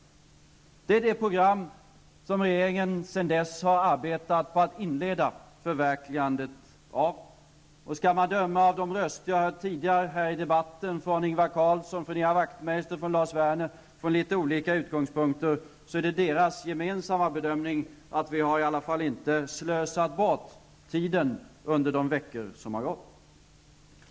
Det är det program som regeringen sedan dess har arbetet på att inleda förverkligandet av. Skall man döma av de åsikter som förts fram här tidigare under debatten -- från Ingvar Carlsson, Ian Wachtmeister och Lars Werner -- utifrån litet olika utgångspunkter, är det deras gemensamma bedömning att regeringen i varje fall inte slösat bort tiden under de veckor som har gått.